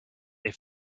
they